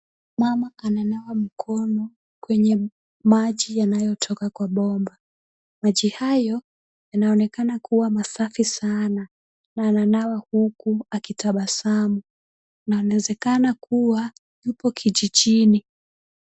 Mama ananawa mkono kwenye maji yanayotoka kwa bomba, maji hayo yanaonekana kuwa masafi sana na ananawa huku akitabasamu na anawezekana kuwa yupo kijijini.